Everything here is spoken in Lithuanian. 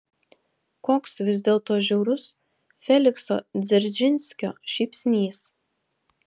koks vis dėlto žiaurus felikso dzeržinskio šypsnys